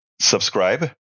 Subscribe